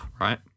right